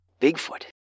Bigfoot